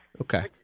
Okay